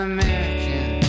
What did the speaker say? American